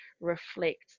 reflect